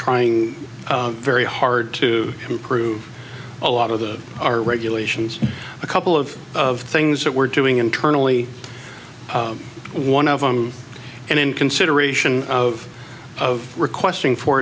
trying very hard to improve a lot of the our regulations a couple of things that we're doing internally one of them and in consideration of of requesting for